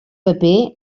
paper